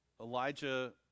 Elijah